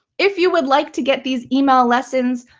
if you would like to get these email lessons,